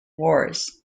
wars